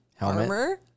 armor